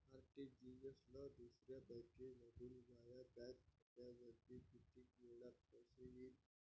RTGS न दुसऱ्या बँकेमंधून माया बँक खात्यामंधी कितीक वेळातं पैसे येतीनं?